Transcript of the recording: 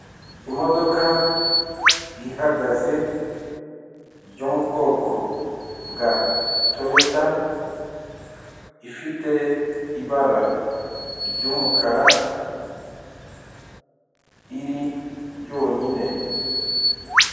Imodoka ihagaze yo mu bwoko bwa Toyota ifite ibara ry'umukara iri yonyine.